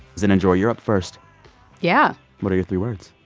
zeninjor, you're up first yeah what are your three words?